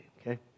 okay